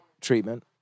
treatment